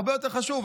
הרבה יותר חשוב.